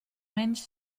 menys